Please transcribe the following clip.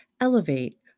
elevate